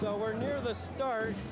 so we're near the star